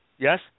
Yes